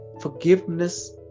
forgiveness